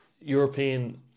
European